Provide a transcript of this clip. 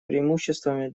преимуществами